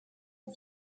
est